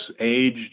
age